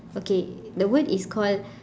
okay the word is called